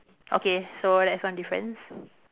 okay so that's one difference